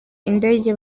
indege